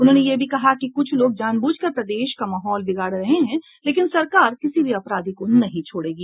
उन्होंने से भी कहा कि कुछ लोग जानबूझकर प्रदेश का महौल बिगार रहे है लेकिन सरकार किसी भी अपराधी को नहीं छोड़ेगी